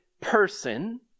person